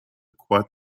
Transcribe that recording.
quad